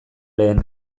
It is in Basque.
lehen